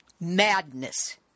Madness